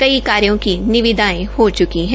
कई कार्यो की निविदायें हो चुकी है